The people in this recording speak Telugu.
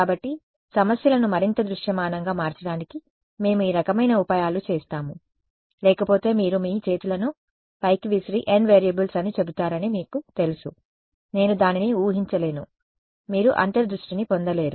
కాబట్టి సమస్యలను మరింత దృశ్యమానంగా మార్చడానికి మేము ఈ రకమైన ఉపాయాలు చేస్తాము లేకపోతే మీరు మీ చేతులను పైకి విసిరి n వేరియబుల్స్ అని చెబుతారని మీకు తెలుసు నేను దానిని ఊహించలేను మీరు అంతర్ దృష్టిని పొందలేరు